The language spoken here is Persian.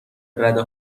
رده